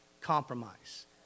compromise